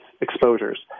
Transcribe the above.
exposures